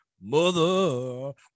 Mother